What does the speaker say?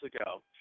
ago